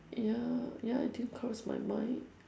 ya ya it didn't cross my mind